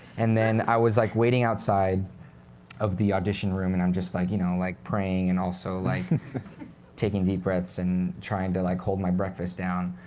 and then i was like waiting outside of the audition room, and i'm just like you know like praying, and also like taking deep breaths, and trying to like hold my breakfast down.